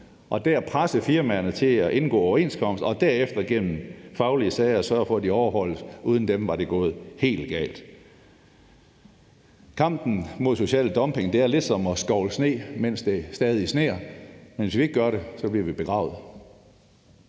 og dér presse firmaerne til at indgå overenskomst og derefter gennem faglige sager sørge for, at de overholdes. Uden dem var det gået helt galt. Kampen mod social dumping er ligesom at skovle sne, mens det stadig sner, men hvis vi ikke gør det, bliver vi begravet.